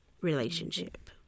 relationship